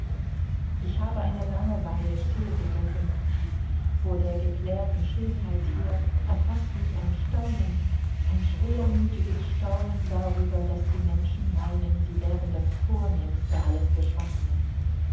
ich habe eine lange weile stillgesessen vor der geklärten schönheit hier erfaßt mich ein staunen ein schwermütiges staunen darüber daß die menschen meinen sie wären das vornehmste alles geschaffenen